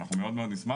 אנחנו מאוד נשמח,